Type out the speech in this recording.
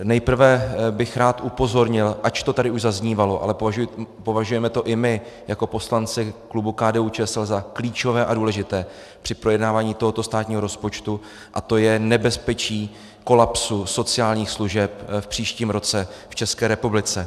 Nejprve bych rád upozornil, ač to tady už zaznívalo, ale považujeme to i my jako poslanci klubu KDUČSL za klíčové a důležité při projednávání tohoto státního rozpočtu, a to je nebezpečí kolapsu sociálních služeb v příštím roce v České republice.